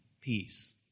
peace